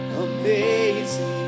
amazing